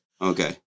Okay